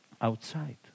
outside